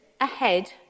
ahead